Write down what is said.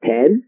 Ten